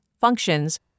functions